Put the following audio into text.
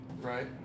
Right